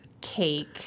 cake